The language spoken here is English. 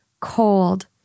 cold